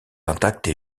intactes